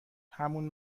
همون